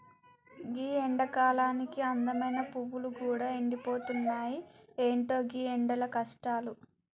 గీ ఎండకాలానికి అందమైన పువ్వులు గూడా ఎండిపోతున్నాయి, ఎంటో గీ ఎండల కష్టాలు